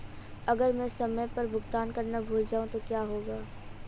अगर मैं समय पर भुगतान करना भूल जाऊं तो क्या होगा?